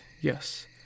yes